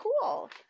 cool